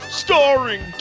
starring